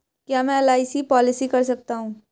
क्या मैं LIC policy कर सकता हूं?